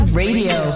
radio